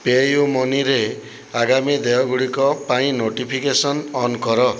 PayU ମନିରେ ଆଗାମୀ ଦେୟ ଗୁଡ଼ିକ ପାଇଁ ନୋଟିଫିକେସନ୍ ଅନ୍ କର